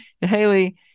Haley